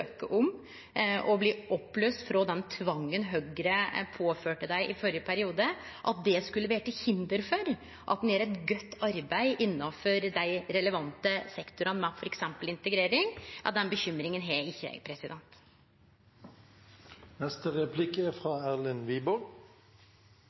om å bli løyst opp frå den tvangen Høgre påførte dei i førre periode, skulle vere til hinder for at me gjer eit godt arbeid innanfor dei relevante sektorane med f.eks. integrering – det er ei bekymring eg ikkje har. Fordelen med replikkutveksling er